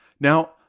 Now